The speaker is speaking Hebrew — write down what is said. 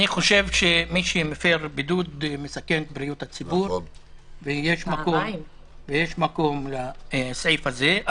מי שמפר בידוד מסכן את בריאות הציבור ויש מקום לסעיף הזה.